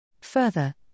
Further